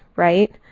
right?